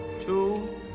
two